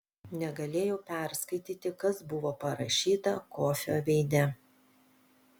negalėjau perskaityti kas buvo parašyta kofio veide